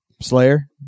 Slayer